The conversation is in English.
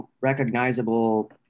recognizable